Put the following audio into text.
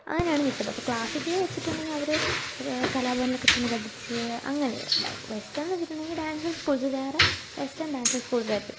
അങ്ങനെയാണ് നിൽക്കുന്നത് അപ്പോൾ ക്ലാസ്സിക്കൽന്നു വെച്ചിട്ടുണ്ടെങ്കിൽ അവരു കലാഭവനിലൊക്കെ ചെന്നു പഠിച്ച് അങ്ങനോരിതാണ് വെസ്റ്റേൺ എന്നുവെച്ചിട്ടുണ്ടെങ്കിൽ ഡാൻസിങ് സ്കൂൾസ് വേറെ വെസ്റ്റേൺ ഡാൻസിങ് സ്കൂൾസ്സായിരിക്കും